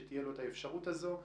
שתהיה לו את האפשרות הזאת.